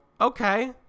okay